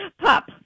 pop